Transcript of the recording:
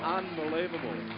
unbelievable